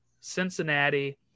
Cincinnati